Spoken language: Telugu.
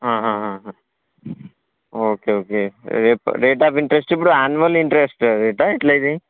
okay okay rate rate of interest ఇప్పుడు యాన్యువల్ ఇంట్రెస్ట్ రేటా ఎట్లా ఇది